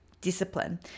discipline